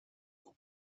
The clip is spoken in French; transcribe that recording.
aux